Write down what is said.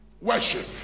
worship